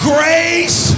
Grace